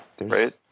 right